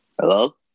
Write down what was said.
Hello